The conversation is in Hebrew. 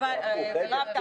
אני